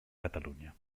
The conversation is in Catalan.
catalunya